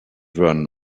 run